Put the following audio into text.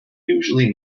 usually